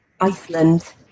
Iceland